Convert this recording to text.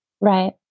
Right